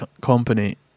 company